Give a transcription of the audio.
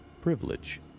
privilege